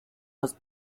was